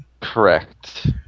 Correct